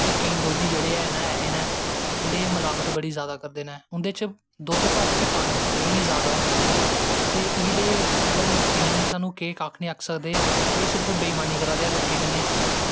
ते केई दोध्दी ऐसे नै जेह्ड़े मलावट बड़ी करदे नै ओह्दै च दुद्द घट्ट ते पानी जादा होंदा ऐ ते इयै जेह् लोकें गी कक्ख नीं आक्खी सकदे एह् सिर्फ बेईमानी करा दे ऐं लोकैं कन्नैं